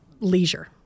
leisure